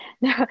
No